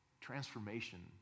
Transformation